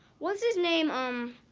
was his name um